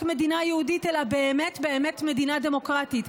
מדינה יהודית אלא באמת באמת מדינה דמוקרטית.